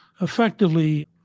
effectively